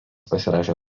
pasirašė